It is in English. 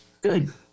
good